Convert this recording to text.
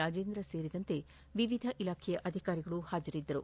ರಾಜೇಂದ್ರ ಸೆರಿದಂತೆ ವಿವಿಧ ಇಲಾಖೆಯ ಅಧಿಕಾರಿಗಳು ಹಾಜರಿದ್ದರು